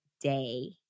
day